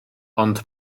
ond